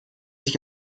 sich